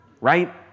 Right